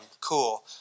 cool